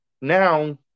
Now